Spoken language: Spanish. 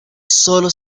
sólo